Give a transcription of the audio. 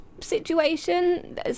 situation